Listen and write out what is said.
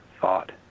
thought